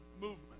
movement